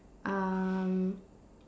um